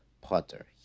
Potter